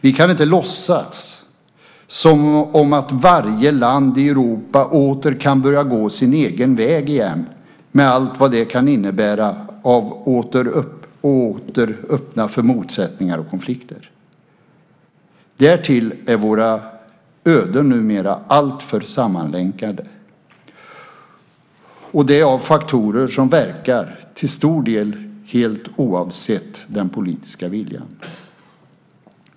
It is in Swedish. Vi kan inte låtsas som att varje land i Europa kan börja gå sin egen väg igen med allt vad det kan innebära och åter öppna för motsättningar och konflikter. Därtill är våra öden numera alltför sammanlänkade - detta genom faktorer som till stor del verkar helt oavsett den politiska viljan.